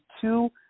two